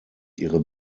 ihre